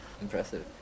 Impressive